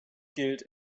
gilt